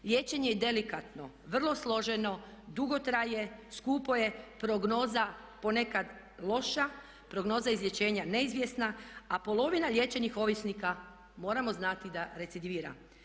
Liječenje je delikatno, vrlo složeno, dugo traje, skupo je, prognoza ponekad loša, prognoza izlječenja neizvjesna, a polovina liječenih ovisnika moramo znati da recidivira.